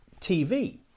TV